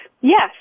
Yes